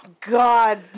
God